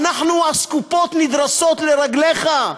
אנחנו אסקופות נדרסות לרגליך.